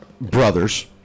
brothers